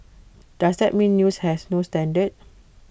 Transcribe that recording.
does that mean news has no standard